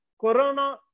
Corona